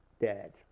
dead